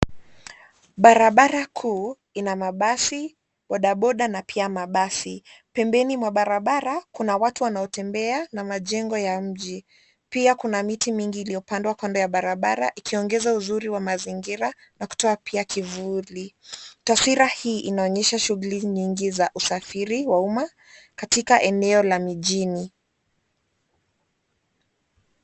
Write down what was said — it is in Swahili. Barabara kuu ina mabasi, bodaboda na pia mabasi. Pembeni mwa barabara kuna watu wanaotembea na majengo ya mji, pia kuna miti mingi iliyopandwa kondoo ya barabara, ikiongeza uzuri wa mazingira na kutoa pia kivuli. Taswira hii inaonyesha shughuli nyingi za usafiri wa umma katika eneo la mijini.